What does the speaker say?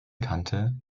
kante